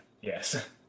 Yes